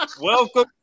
Welcome